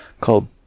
called